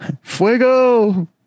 Fuego